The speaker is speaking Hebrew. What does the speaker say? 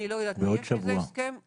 אני לא יודעת על פי איזה הסכם --- בעוד שבוע.